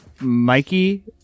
Mikey